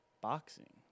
boxing